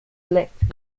collected